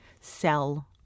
sell